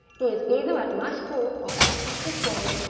he is either at machecoul, or else at tiffauges,